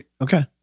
Okay